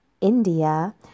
India